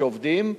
שעובדים,